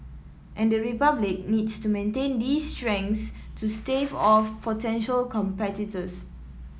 and the Republic needs to maintain these strengths to stave off potential competitors